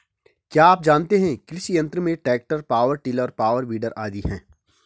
क्या आप जानते है कृषि यंत्र में tractor, power tiller, power weeder आदि है?